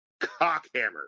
Cockhammer